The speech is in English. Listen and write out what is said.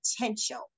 potential